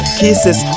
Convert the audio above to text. kisses